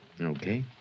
Okay